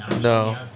No